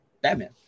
Batman